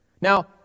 Now